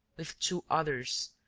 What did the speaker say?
with two others,